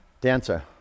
dancer